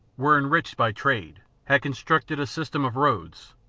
were enriched by trade, had constructed a system of roads,